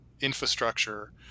infrastructure